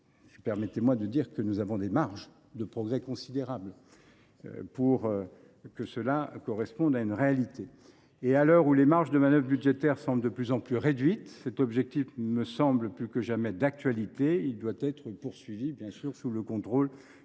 Permettez moi de dire que nous avons des marges de progrès considérables pour que cela corresponde à une réalité. À l’heure où les marges de manœuvre budgétaires semblent de plus en plus réduites, cet objectif me semble plus que jamais d’actualité. Nous devons nous efforcer de l’atteindre, bien sûr, sous le contrôle du